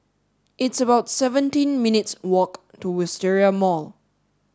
it's about seventeen minutes' walk to Wisteria Mall